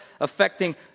affecting